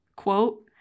Quote